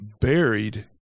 buried